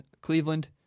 Cleveland